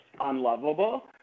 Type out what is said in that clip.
unlovable